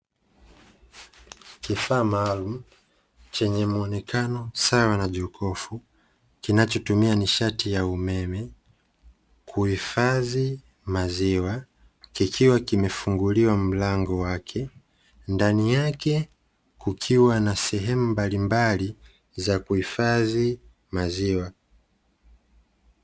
Kifaa maalumu chenye mwonekano sawa na jokofu kinachotumia nishati ya umeme kuhifadhi maziwa, kikiwa kimefunguliwa mlango wake ndani yake kukiwa na sehemu mbalimbali za kuhifadhi maziwa.